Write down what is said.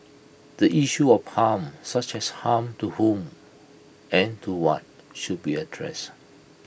the issue of harm such as harm to whom and to what should be addressed